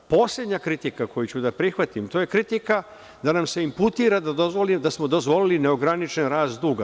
Poslednja kritika koju ću da prihvatim, to je kritika da nam se imputira da smo dozvolili neograničen rast duga.